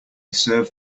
serve